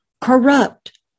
corrupt